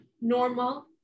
normal